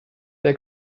they